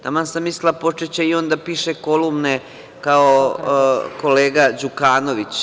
Taman sam mislila počeće i on da piše kolumne kao kolega Đukanović.